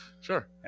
Sure